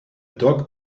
dog